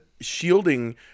shielding